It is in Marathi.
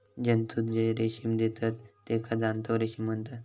जंतु जे रेशीम देतत तेका जांतव रेशीम म्हणतत